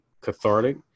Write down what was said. cathartic